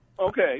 Okay